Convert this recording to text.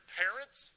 parents